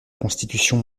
constitution